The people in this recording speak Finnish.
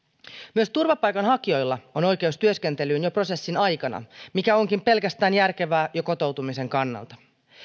myös turvapaikanhakijoilla on oikeus työskentelyyn jo prosessin aikana mikä onkin pelkästään järkevää jo kotoutumisen kannalta